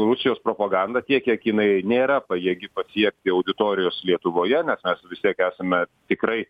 rusijos propaganda tiek kiek jinai nėra pajėgi pasiekti auditorijos lietuvoje nes mes vis tiek esame tikrai